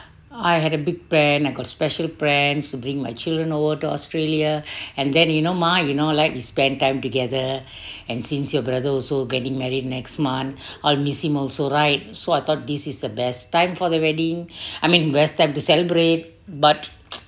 I had a big plan I got special plans to bring my children over to australia and then you know mah you know like we spend time together and since your brother also getting married next month I'll missing also right so I thought this is the best time for the wedding I mean best time to celebrate but